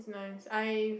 I I